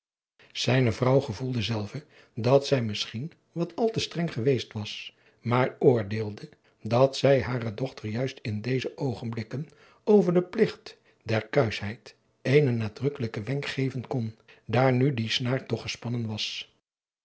zijne vrouw gevoelde zelve dat zij misschien wat al te streng geweest was maar oordeelde dat zij hare dochter juist in deze oogenblikken over den pligt der kuisch heid eenen nadrukkelijken wenk geven kon daar nu die snaar toch gespannen was